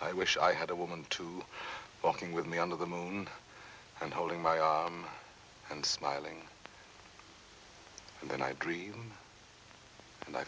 i wish i had a woman to walking with me under the moon and holding my arm and smiling and then i breathe and i